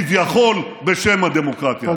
כביכול בשם הדמוקרטיה.